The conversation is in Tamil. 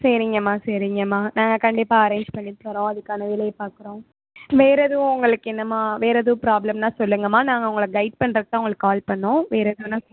சரிங்கம்மா சரிங்கம்மா நாங்கள் கண்டிப்பாக அரேஞ்ச் பண்ணி தரோம் அதுக்கான வேலையை பார்க்குறோம் வேறு எதுவும் உங்களுக்கு என்னம்மா வேறு எதுவும் ப்ராப்ளம்னால் சொல்லுங்கம்மா நாங்கள் உங்கள ஹைட் பண்ணுறதுக்கு தான் உங்களுக்கு கால் பண்ணிணோம் வேறு எதுவும்ன்னா